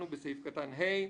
בסעיף קטן (ה),